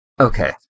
Okay